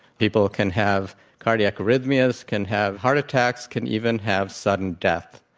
people can have cardiac arrhythmias, can have heart attacks, can even have sudden death.